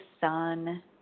sun